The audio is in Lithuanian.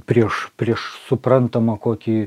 prieš prieš suprantamą kokį